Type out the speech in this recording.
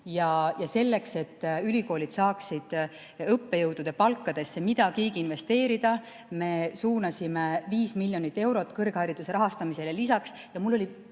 ja selleks, et ülikoolid saaksid õppejõudude palkadesse midagigi investeerida, me suunasime 5 miljonit eurot kõrghariduse rahastamisele lisaks. Mul oli